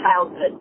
childhood